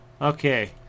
Okay